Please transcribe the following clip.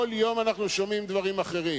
כל יום אנחנו שומעים דברים אחרים.